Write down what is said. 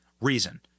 reason